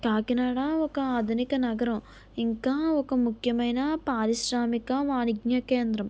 కాకినాడ ఒక ఆధునిక నగరం ఇంకా ఒక ముఖ్యమైన పారిశ్రామిక వాణిజ్ఞ కేంద్రం